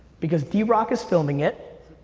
because d rock is filming it,